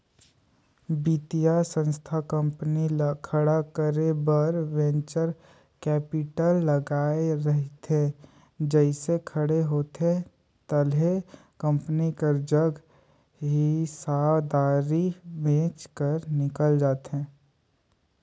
बित्तीय संस्था कंपनी ल खड़े करे बर वेंचर कैपिटल लगाए रहिथे जइसे खड़े होथे ताहले कंपनी कर जग हिस्सादारी बेंच कर निकल जाथे